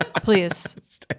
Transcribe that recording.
Please